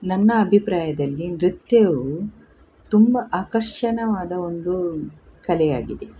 ನನ್ನ ಅಭಿಪ್ರಾಯದಲ್ಲಿ ನೃತ್ಯವು ತುಂಬ ಆಕರ್ಷಕವಾದ ಒಂದು ಕಲೆಯಾಗಿದೆ